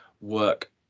work